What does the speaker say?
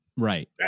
Right